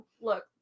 look